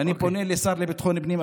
ואני פונה לשר לביטחון פנים,